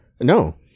No